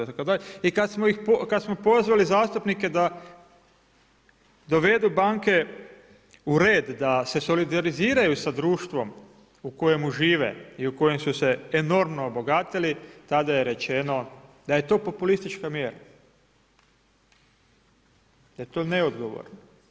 I kada smo pozvali zastupnike da dovedu banke u red, da se solidariziraju sa društvom u kojemu žive i u kojem su se enormno obogatili tada je rečeno da je to populistička mjera, da je to neodgovorno.